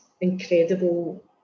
incredible